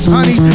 Honey